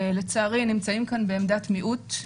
לצערי, נמצאים כאן בעמדת מיעוט.